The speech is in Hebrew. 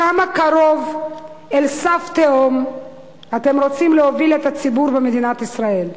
כמה קרוב אל סף תהום אתם רוצים להוביל את הציבור במדינת ישראל?